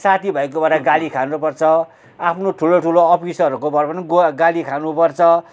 साथी भाइकोबाट गाली खानु पर्छ आफ्नो ठुलो ठुलो अफिसरहरूकोबाट पनि ग गाली खानु पर्छ